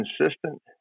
consistent